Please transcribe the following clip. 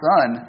Son